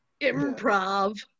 improv